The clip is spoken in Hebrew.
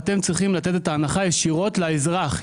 אתם צריכים לתת את ההנחה ישירות לאזרח,